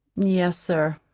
yes, sir,